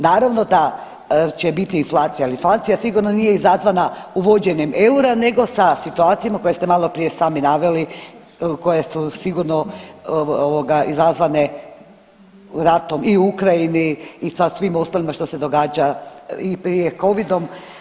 Naravno da će biti inflacija, ali inflacija sigurno nije izazvana uvođenjem eura nego sa situacijama koje ste maloprije sami naveli koje su sigurno izazvane ratom i u Ukrajini i sa svim ostalim što se događa i prije covidom.